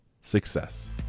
success